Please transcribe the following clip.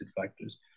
factors